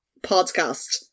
podcast